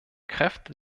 kräfte